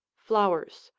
flowers,